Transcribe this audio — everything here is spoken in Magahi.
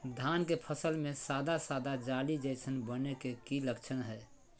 धान के फसल में सादा सादा जाली जईसन बने के कि लक्षण हय?